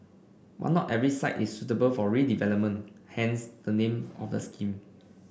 but not every site is suitable for redevelopment hence the name of the scheme